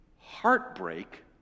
Heartbreak